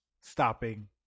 stopping